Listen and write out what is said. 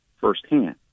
firsthand